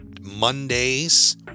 Mondays